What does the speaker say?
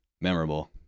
memorable